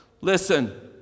Listen